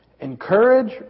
encourage